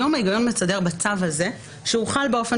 היום ההיגיון מסדר בצו הזה שהוא חל באופן